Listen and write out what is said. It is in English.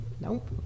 Nope